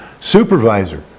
supervisor